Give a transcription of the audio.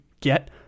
get